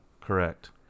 Correct